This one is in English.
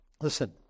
Listen